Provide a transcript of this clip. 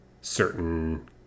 certain